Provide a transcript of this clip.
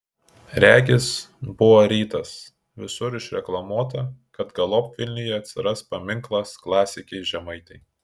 regis buvo rytas visur išreklamuota kad galop vilniuje atsiras paminklas klasikei žemaitei